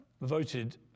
voted